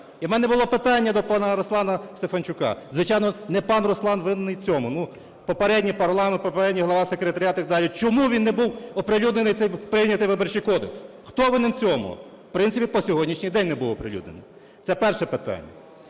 І в мене було питання до пана Руслана Стефанчук. Звичайно не пан Руслан винний в цьому, попередній парламент, попередній Голова, секретаріат і так далі. Чому він не був оприлюднений, цей прийнятий Виборчий кодекс? Хто винен в цьому? В принципі, по сьогоднішній день не був оприлюднений, це перше питання.